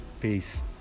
Peace